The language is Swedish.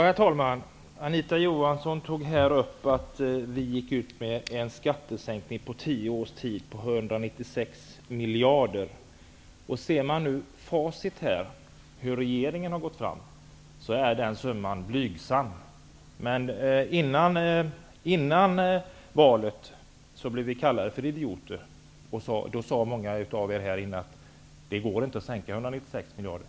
Herr talman! Anita Johansson tog upp det faktum att vi gick ut med en skattesänkning på 196 miljarder på tio års tid. Ser man på hur regeringen har gått fram är den summan blygsam. Men före valet blev vi kallade för idioter; då sade många av er här: Det går inte att sänka skatten med 196 miljarder.